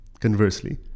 Conversely